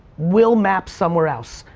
will map somewhere else.